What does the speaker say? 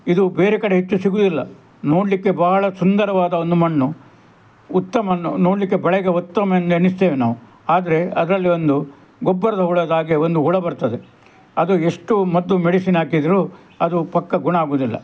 ಇದು ಬೇರೆ ಕಡೆ ಹೆಚ್ಚು ಸಿಗೋದಿಲ್ಲ ನೋಡಲಿಕ್ಕೆ ಭಾಳ ಸುಂದರವಾದ ಒಂದು ಮಣ್ಣು ಉತ್ತಮ ನೋಡಲಿಕ್ಕೆ ಬೆಳೆಗೆ ಉತ್ತಮ ಎಂದೆಣಿಸ್ತೇವೆ ನಾವು ಆದರೆ ಅದರಲ್ಲಿ ಒಂದು ಗೊಬ್ಬರದ ಹುಳದ ಹಾಗೆ ಒಂದು ಹುಳ ಬರ್ತದೆ ಅದು ಎಷ್ಟು ಮದ್ದು ಮೆಡಿಸಿನ್ ಹಾಕಿರು ಅದು ಪಕ್ಕ ಗುಣ ಆಗೋದಿಲ್ಲ